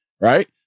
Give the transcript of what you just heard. Right